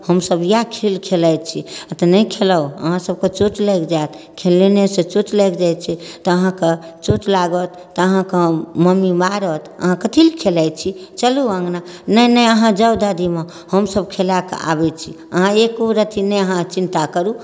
हम सब या खेल खेलाइ छी तऽ नहि खेलाउ अहाँ सबके चोट लागि जायत खेलनेसँ चोट लागि जाइ छै अहाँ के चोट लागत तऽ अहाँके मम्मी मारत अहाँ कथि लए खेलाइ छी चलू अङ्गना नहि नहि अहाँ जाउ दादी माँ हम सब खेलाकऽ आबै छी अहाँ एकोरति चिन्ता नहि करु